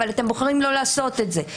אבל אתם בוחרים לא לעשות את זה.